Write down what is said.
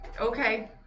Okay